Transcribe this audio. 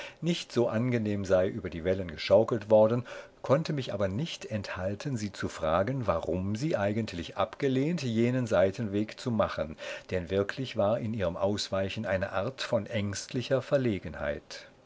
nicht so angenehm sei über die wellen geschaukelt worden konnte mich aber nicht enthalten sie zu fragen warum sie eigentlich abgelehnt jenen seitenweg zu machen denn wirklich war in ihrem ausweichen eine art von ängstlicher verlegenheit